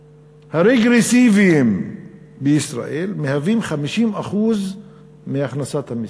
הרגרסיביים, בישראל הם 50% מהכנסת המסים.